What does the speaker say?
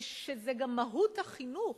זה שזו גם מהות החינוך.